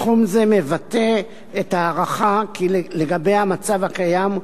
סכום זה מבטא את ההערכה לגבי המצב הקיים,